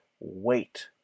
wait